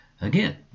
again